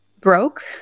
broke